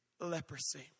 Leprosy